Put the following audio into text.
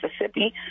Mississippi